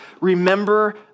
Remember